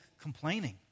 complaining